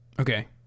Okay